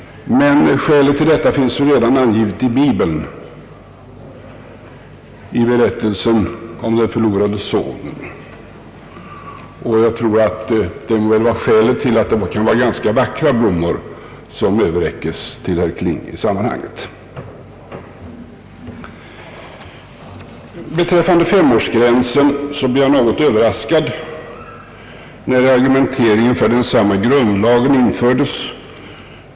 Men skälet till detta finns redan angivet i Bibeln — i berättelsen om den förlorade sonen. Det må vara skäl till att det kan vara ganska vackra blommor som överräckes till herr Kling i sammanhanget. Beträffande femårsgränsen blev jag något överraskad när i argumenteringen för densamma grundlagen infördes.